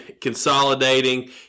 consolidating